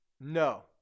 No